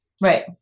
Right